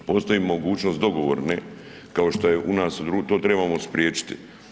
Postoji mogućnost dogovorne, kao što je u nas to trebamo spriječiti.